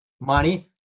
money